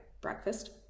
breakfast